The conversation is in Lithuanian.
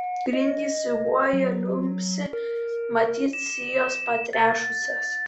grindys siūbuoja liumpsi matyt sijos patrešusios